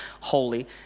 holy